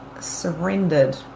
surrendered